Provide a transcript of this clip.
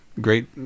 great